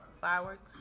fireworks